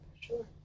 Sure